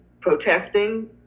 protesting